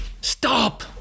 stop